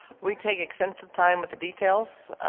we take extensive time with the details,